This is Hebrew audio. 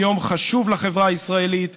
הוא יום חשוב לחברה הישראלית,